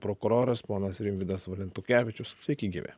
prokuroras ponas rimvydas valentukevičius sveiki gyvi